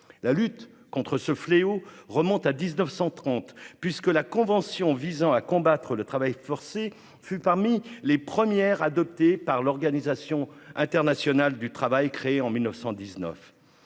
La lutte contre ce fléau remonte à 1930, puisque la convention visant à combattre le travail forcé fut parmi les premières adoptées par l'Organisation internationale du travail (OIT) créée en 1919.